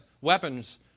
weapons